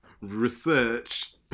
research